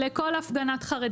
אנחנו שולחים לכל הפגנת חרדים